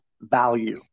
value